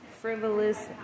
frivolous